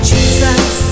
Jesus